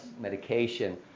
medication